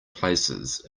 places